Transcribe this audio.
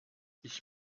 ich